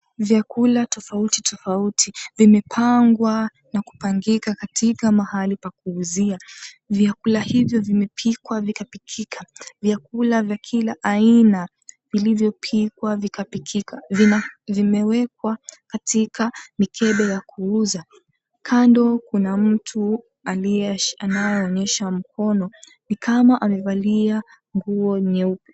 Vyakula tofauti tofauti vimepangwa na kupangika katika mahali pa kuuzia, vyakula hivyo vimepikwa vikapikika vyakula vya kila aina vilivyo pikwa vikapikika vimeekwa katika mikebe ya kuuza kando, kuna mtu anayoonesha mkono nikama amevalia nguo nyeupe.